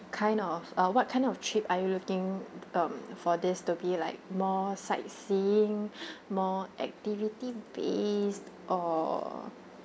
kind of uh what kind of trip are you looking um for this to be like more sightseeing more activity base or